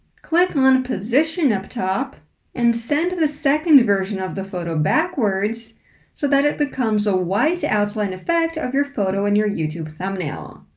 click on position up top and send the second version of the photo backwards so that it becomes a white outline effect of your photo in your youtube thumbnail.